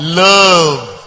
love